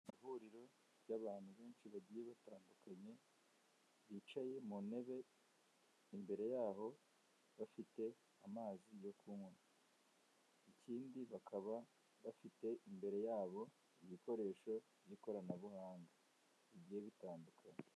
Ihuriro ry'abantu benshi bagiye batandukanye, bicaye mu ntebe imbere yaho bafite amazi yo kunywa. Ikindi bakaba bafite imbere yabo ibikoresho by'ikoranabuhanga bigiye bitandukanye.